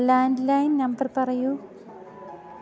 landline number പറയൂ